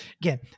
again